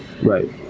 right